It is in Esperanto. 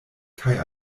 kaj